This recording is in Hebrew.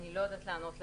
אני לא יודעת לענות לך.